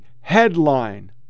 headline